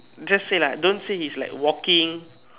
just say lah don't say he's like walking